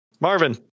Marvin